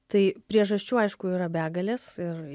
tai priežasčių aišku yra begalės ir